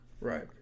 Right